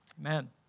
Amen